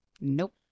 Nope